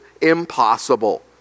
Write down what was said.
impossible